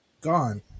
gone